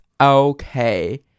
okay